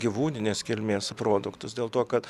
gyvūninės kilmės produktus dėl to kad